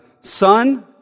Son